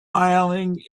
smiling